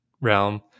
realm